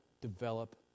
develop